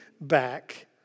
back